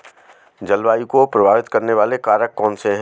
जलवायु को प्रभावित करने वाले कारक कौनसे हैं?